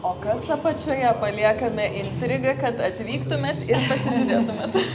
o kas apačioje paliekame intrigą kad atvyktumėt ir pasižiūrėtumėt